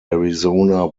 arizona